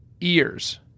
ears